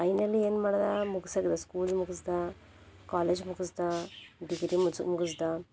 finally ಏನು ಮಾಡದೆ ಮುಗ್ಸಾಕ್ದೆ ಸ್ಕೂಲ್ ಸ್ಕೂಲ್ ಮುಗಸ್ದೆ ಕಾಲೇಜ್ ಮುಗಸ್ದೆ ಡಿಗ್ರಿ ಮುಜ್ ಮುಗಸ್ದೆ